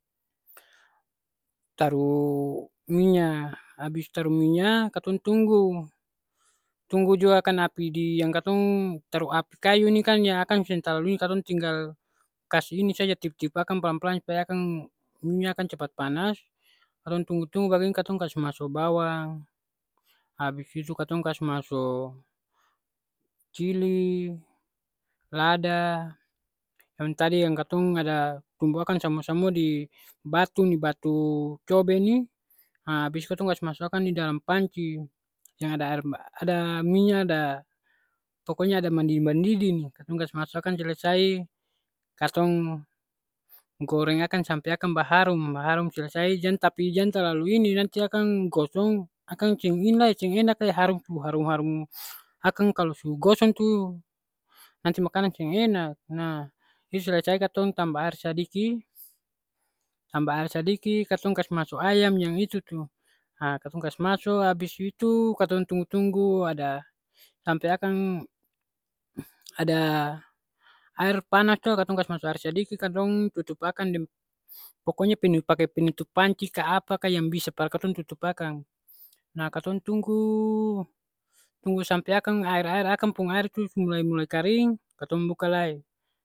Taru minya. Abis taru minya katong tunggu. Tunggu jua kan api di yang katong taru api kayu ni kan ya akang seng talalu ini, katong tinggal kasi ini saja tiup-tiup akang palang-palang supaya akang minya akang cepat panas. Katong tunggu-tunggu bagini katong kas maso bawang, abis itu katong kas maso cili, lada, yang tadi yang katong ada tumbu akang samua-samua di batu ni, batu cobe ni. Ha abis itu katong kas masu akang di dalam panci yang ada aer mba- ada minya ada pokonya ada mandidi mandidi ni. Katong kas maso akang selesai, katong goreng akang sampe akang baharum. Baharum selesai jang tapi jang talalu ini nanti akang gosong akang seng ini lai seng enak lai, harum mo harum-harum akang kalo su gosong tu nanti makanang seng enak. Nah, itu su selesai katong tambah aer sadiki, tambah aer sadiki, katong kas maso ayam yang itu tu. Ha katong kas maso, abis itu katong tunggu-tunggu ada sampe akang ada aer panas to katong kas masu aer sadiki, katong tutup akang deng pokony penu pake penutup panci ka apa ka yang bisa par bisa katong tutup akang. Nah katong tunggu tunggu sampe akang aer-aer akang pung aer tu su mulai-mulai karing, katong buka lai.